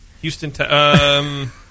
Houston